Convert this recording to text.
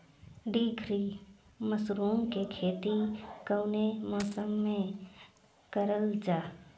ढीघरी मशरूम के खेती कवने मौसम में करल जा?